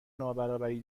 نابرابری